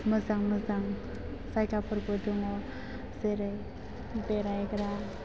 मोजां मोजां जायगाफोरबो दङ जेरै बेरायग्रा